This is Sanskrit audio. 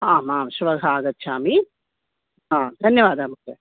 आम् श्वः आगच्छामि धन्यवादाः